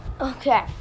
Okay